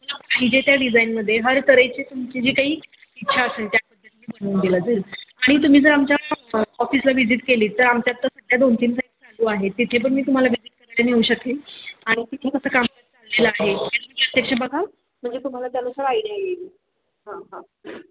तुम्हाला पाहिजे त्या डिझाईनमध्ये हर तऱ्हेचे तुमची जी काही इच्छा असेल त्या पद्धतीने बनवून दिलं जाईल आणि तुम्ही जर आमच्या ऑफिसला व्हिजिट केली तर आमच्यात सध्या दोन तीन फ्लॅट चालू आहे तिथे पण मी तुम्हाला व्हिजिट करायला नेऊ शकेन आणि तिथे कसं कामकाज चाललेलं आहे प्रत्यक्ष बघा म्हणजे तुम्हाला त्यानुसार आयडिया येईल हां हां